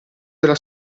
della